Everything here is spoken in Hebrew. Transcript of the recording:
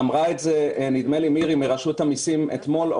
אמרה את זה מירי מרשות המיסים אתמול.